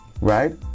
right